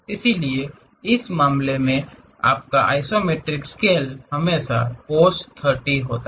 इसलिए इस मामले में आपका आइसोमेट्रिक स्केल हमेशा cos 30 होता है